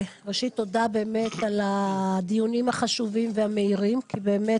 ראשית תודה באמת על הדיונים החשובים והמהירים כי באמת